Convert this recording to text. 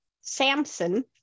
Samson